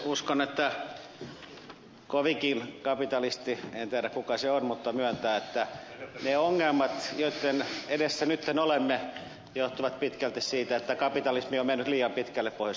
uskon että kovinkin kapitalisti en tiedä kuka se on mutta myöntää että ne ongelmat joitten edessä nyt olemme johtuvat pitkälti siitä että kapitalismi on mennyt liian pitkälle pohjois amerikassa